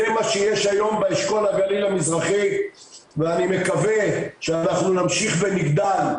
זה מה שיש היום באשכול הגליל המזרחי ואני מקווה שאנחנו נמשיך ונגדל,